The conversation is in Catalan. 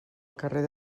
carrer